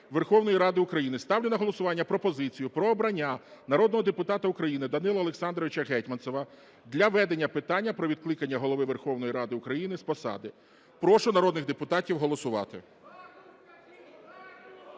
Верховної Ради України, ставлю на голосування пропозицію про обрання народного депутата України Данила Олександровича Гетманцева для ведення питання про відкликання Голови Верховної Ради України з посади. Прошу народних депутатів голосувати.